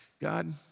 God